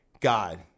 God